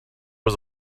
was